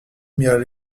mirent